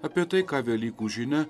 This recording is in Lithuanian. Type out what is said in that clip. apie tai ką velykų žinia